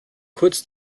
kurz